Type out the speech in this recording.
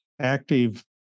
Active